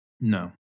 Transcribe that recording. no